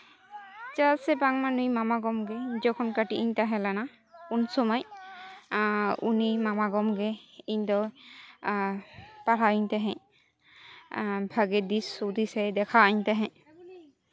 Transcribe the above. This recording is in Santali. ᱪᱮᱫᱟᱜ ᱥᱮ ᱵᱟᱝᱢᱟ ᱱᱩᱭ ᱢᱟᱢᱟ ᱜᱚ ᱜᱮ ᱡᱚᱠᱷᱚᱱ ᱠᱟᱹᱴᱤᱡ ᱤᱧ ᱛᱟᱦᱮᱸ ᱞᱮᱱᱟ ᱩᱱ ᱥᱚᱢᱚᱭ ᱩᱱᱤ ᱢᱟᱢᱟ ᱜᱚ ᱜᱮ ᱤᱧ ᱫᱚ ᱯᱟᱲᱦᱟᱣ ᱤᱧ ᱛᱟᱦᱮᱸᱜ ᱵᱷᱟᱜᱮ ᱫᱤᱥ ᱦᱩᱫᱤᱥ ᱮ ᱫᱮᱠᱷᱟᱣ ᱤᱧ ᱛᱟᱦᱮᱸᱜ